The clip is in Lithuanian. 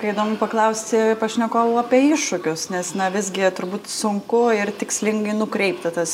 įdomu paklausti pašnekovų apie iššūkius nes na visgi turbūt sunku ir tikslingai nukreipti tas